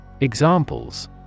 Examples